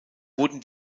wurden